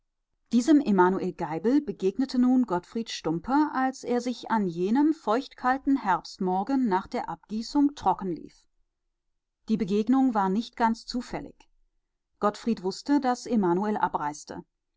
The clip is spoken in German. diesem emanuel geibel begegnete nun gottfried stumpe als er sich an jenem feuchtkalten herbstmorgen nach der abgießung trocken lief die begegnung war nicht ganz zufällig gottfried wußte daß emanuel abreiste